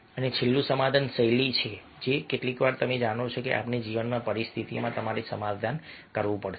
અને છેલ્લું સમાધાન શૈલી છે કેટલીકવાર તમે જાણો છો કે આપણા જીવનની પરિસ્થિતિમાં તમારે સમાધાન કરવું પડશે